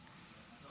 חבר